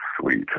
sweet